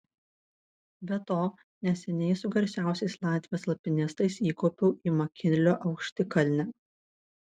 be to neseniai su garsiausiais latvijos alpinistais įkopiau į makinlio aukštikalnę